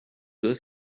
deux